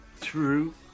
True